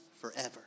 forever